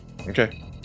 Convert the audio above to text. Okay